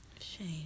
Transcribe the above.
Shame